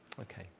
Okay